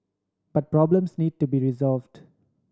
but problems need to be resolved